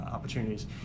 opportunities